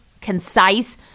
concise